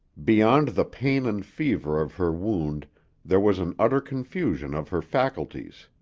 beyond the pain and fever of her wound there was an utter confusion of her faculties.